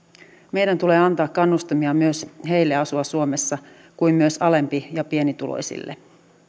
meidän tulee antaa kannustimia myös heille asua suomessa niin kuin myös alempi ja pienituloisille